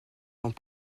dans